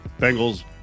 Bengals